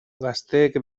gazteek